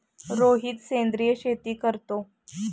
रोहित सेंद्रिय शेती करतो